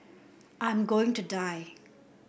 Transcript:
I am going to die